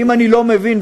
אם אני לא מבין,